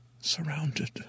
surrounded